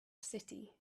city